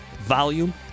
volume